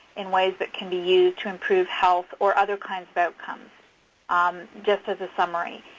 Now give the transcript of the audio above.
in ways that can be used to improve health or other kinds of outcomes um just as a summary.